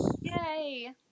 yay